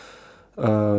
uh